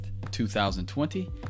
2020